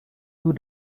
two